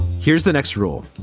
here's the next rule.